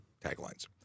taglines